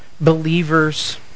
believers